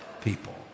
people